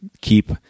keep